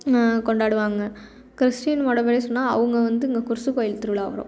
கொண்டாடுவாங்க கிறிஸ்ட்டியன் முறப்படி சொன்னால் அவங்க வந்து இங்கே குருசு கோவில் திருவிழா வரும்